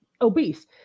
obese